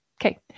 Okay